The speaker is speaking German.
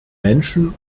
menschen